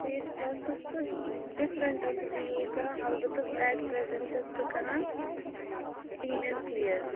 face wash حظ تہٕ different ٲسٕس بہٕ یوٗز کران البتہٕ ایٹ پرٛٮ۪زٮ۪نٛٹ چھَس بہٕ کران کٕلیٖن اینٛڈ کٕلیر